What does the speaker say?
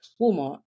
Walmart